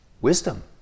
wisdom